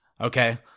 Okay